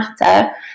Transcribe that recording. matter